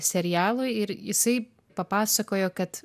serialui ir jisai papasakojo kad